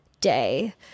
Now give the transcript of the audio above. day